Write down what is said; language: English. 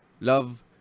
Love